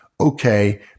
okay